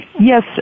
Yes